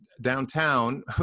downtown